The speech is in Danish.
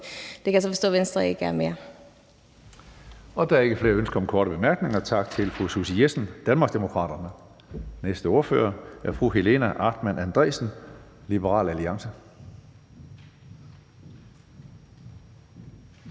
Tredje næstformand (Karsten Hønge): Der er ikke flere ønsker om korte bemærkninger. Tak til fru Susie Jessen, Danmarksdemokraterne. Næste ordfører er fru Helena Artmann Andresen, Liberal Alliance. Kl.